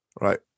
right